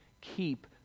keep